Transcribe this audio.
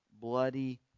Bloody